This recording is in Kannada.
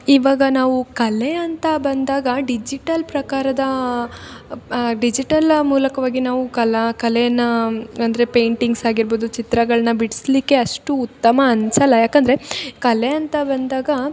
ಇವಾಗ ನಾವು ಕಲೆ ಅಂತ ಬಂದಾಗ ಡಿಜಿಟಲ್ ಪ್ರಕಾರದ ಡಿಜಿಟಲ ಮೂಲಕವಾಗಿ ನಾವು ಕಲಾ ಕಲೆಯನ್ನು ಅಂದರೆ ಪೇಂಟಿಂಗ್ಸ್ ಆಗಿರ್ಬೌದು ಚಿತ್ರಗಳನ್ನ ಬಿಡ್ಸಲಿಕ್ಕೆ ಅಷ್ಟು ಉತ್ತಮ ಅನಿಸಲ್ಲ ಯಾಕಂದರೆ ಕಲೆ ಅಂತ ಬಂದಾಗ